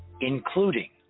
including